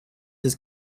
his